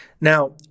Now